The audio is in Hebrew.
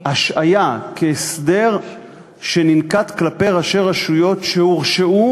השעיה כהסדר שננקט כלפי ראשי רשויות שהורשעו